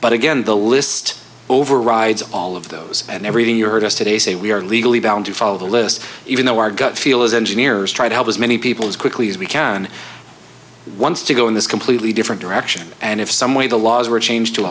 but again the list overrides all of those and everything you heard us today say we are legally bound to follow the list even though our gut feel is engineers try to help as many people as quickly as we can once to go in this completely different direction and if some way the laws were changed to